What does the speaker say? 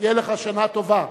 תהיה לך שנה טובה.